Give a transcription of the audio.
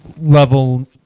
level